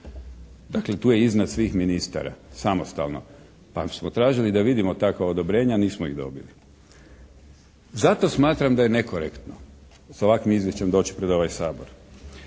Dakle, tu je iznad svih ministara, samostalno, pa smo tražili da vidimo takva odobrenja. Nismo ih dobili. Zato smatram da je nekorektno sa ovakvim Izvješćem doći pred ovaj Sabor.